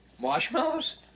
Marshmallows